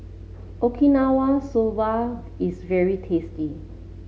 Okinawa Soba is very tasty